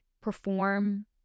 perform